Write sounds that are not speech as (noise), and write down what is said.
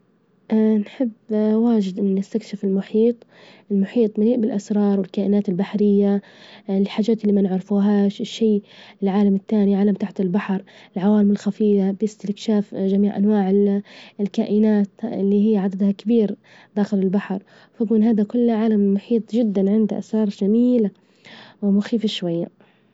(hesitation) نحب واجد إن نستكشف المحيط، المحيط مليء بالأسرار، والكائنات البحرية، الحاجات إللي ما نعرفوهاش، الشي العالم التاني، عالم تحت البحر العوالم الخفية، باستكشاف جميع أنواع ال- الكائنات إللي هي عددها كبير داخل البحر، فبيكون هذا عالم المحيط عنده أسرار جميييلة ومخيفة شوية.